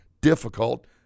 difficult